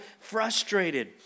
frustrated